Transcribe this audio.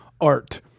art